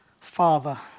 Father